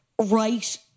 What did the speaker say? right